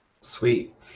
Sweet